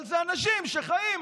אבל זה אנשים שחיים,